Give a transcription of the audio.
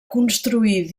construir